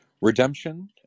Redemption